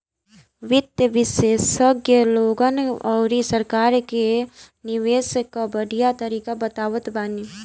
वित्त विशेषज्ञ लोगन अउरी सरकार के निवेश कअ बढ़िया तरीका बतावत बाने